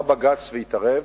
בא בג"ץ והתערב,